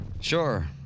Sure